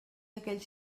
aquells